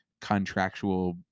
contractual